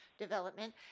development